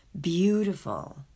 beautiful